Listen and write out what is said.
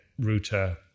router